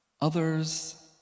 Others